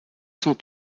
cent